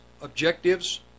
objectives